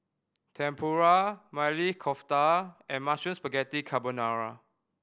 Tempura Maili Kofta and Mushroom Spaghetti Carbonara